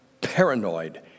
paranoid